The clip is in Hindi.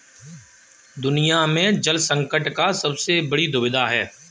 दुनिया में जल संकट का सबसे बड़ी दुविधा है